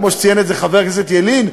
כמו שציין את זה חבר הכנסת ילין,